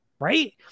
Right